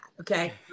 okay